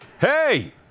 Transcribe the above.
Hey